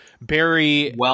Barry